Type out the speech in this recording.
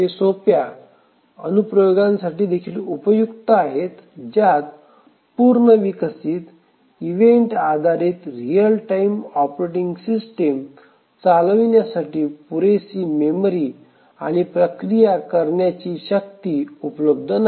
हे सोप्या अनुप्रयोगांसाठी देखील उपयुक्त आहेत ज्यात पूर्ण विकसित इव्हेंट आधारित रीअल टाइम ऑपरेटिंग सिस्टम चालविण्यासाठी पुरेसे मेमरी आणि प्रक्रिया करण्याची शक्ती उपलब्ध नाही